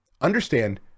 Understand